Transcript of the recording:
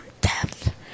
death